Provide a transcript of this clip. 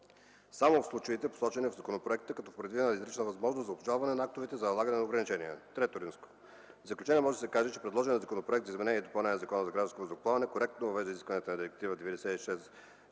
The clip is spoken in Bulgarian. само в случаите посочени в законопроекта като е предвидена изрична възможност за обжалване на актовете за налагане на ограничения. В заключение може да се каже, че предложеният Законопроект за изменение и допълнение на Закона за гражданското въздухоплаване, коректно въвежда изискванията на Директива